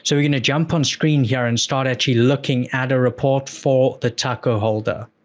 so we're going to jump on screen here and start actually looking at a report for the taco holder.